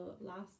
last